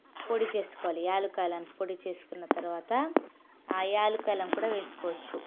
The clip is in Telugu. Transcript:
పొడి చేసుకోవాలి యాలుక్కాయలను పొడి చేసుకున్న తర్వాత ఆ యాలుక్కాయలను కూడా వేసుకోవచ్చు